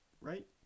right